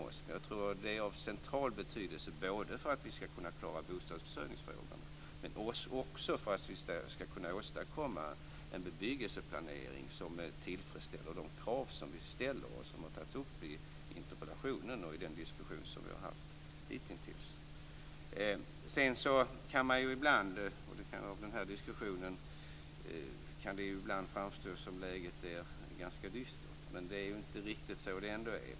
Det är av central betydelse, både för att vi ska kunna klara bostadsförsörjningsfrågorna men också för att vi ska kunna åstadkomma en bebyggelseplanering som tillfredsställer de krav vi ställer och som har tagits upp i interpellationen och i den diskussion vi har haft hittills. Sedan kan det ju ibland av diskussionen framstå som om läget är ganska dystert. Men så är det ändå inte riktigt.